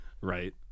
Right